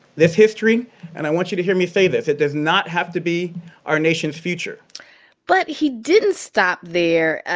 this history and i want you to hear me say this it does not have to be our nation's future but he didn't stop there.